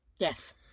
Yes